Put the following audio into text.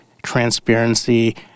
transparency